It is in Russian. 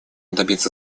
добиться